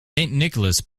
nicholas